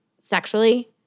sexually